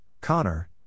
Connor